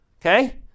Okay